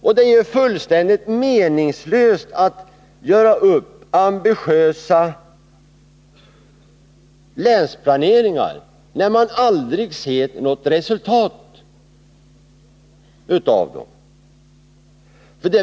Och det är ju fullständigt meningslöst att göra upp ambitiösa länsplaner, när man aldrig ser något resultat av dem.